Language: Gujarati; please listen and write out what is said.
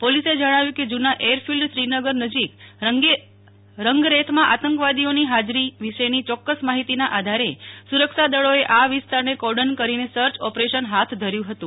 પોલીસે જણાવ્યું કે જૂના એર ફિલ્ડ શ્રીનગર નજીક રંગરેથમાં આતંકવાદીઓની હાજરી વિશેની ચોક્કસ માહિતીના આધારે સુરક્ષાદળોએ આ વિસ્તારને કોર્ડન કરીને સર્ચ ઓપરેશન હાથ ધર્યું હતું